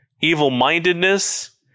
evil-mindedness